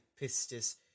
pistis